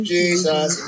Jesus